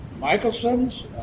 Michelson's